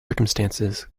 circumstances